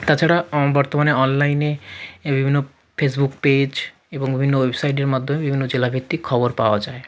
তাছাড়া বর্তমানে অনলাইনে বিভিন্ন ফেসবুক পেজ এবং বিভিন্ন ওয়েবসাইটের মাধ্যমে বিভিন্ন জেলাভিত্তিক খবর পাওয়া যায়